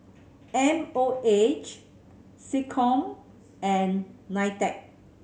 M O H SecCom and NITEC